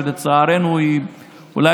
שלצערנו היא אולי